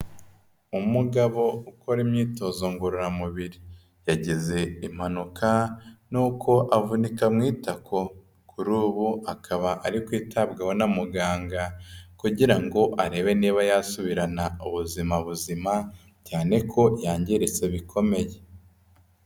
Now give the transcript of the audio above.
Umugabo ukora imyitozo ngororamubiri, yagize impanuka nuko avunika mu itako, kuri ubu akaba ari kwitabwaho na muganga kugira ngo arebe niba yasubirana ubuzima buzima cyane ko yangiritse bikomeye.